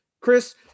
Chris